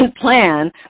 plan